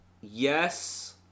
Yes